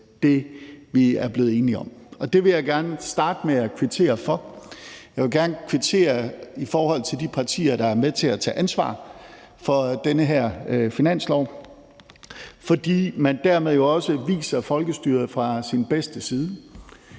det vil jeg gerne starte med at kvittere for; jeg vil gerne kvittere i forhold til de partier, der er med til at tage ansvar for den her finanslov, fordi man dermed jo også viser folkestyret fra dets bedste side.